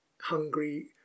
hungry